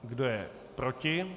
Kdo je proti?